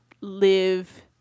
live